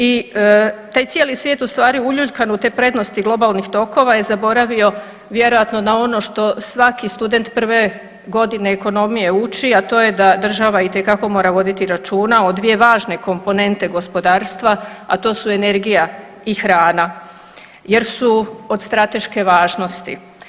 I taj cijeli svijet u stvari uljuljkan u te prednosti globalnih tokova je zaboravio vjerojatno na ono što svaki student prve godine ekonomije uči, a to da država itekako mora voditi računa o dvije važne komponente gospodarstva, a to su energija i hrana jer su od strateške važnosti.